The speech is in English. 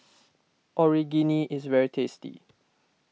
Onigiri is very tasty